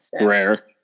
Rare